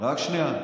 רק שנייה.